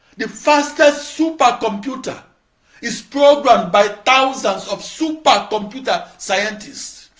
the fastest supercomputer is programmed by thousands of supercomputer scientists.